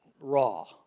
raw